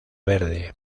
verde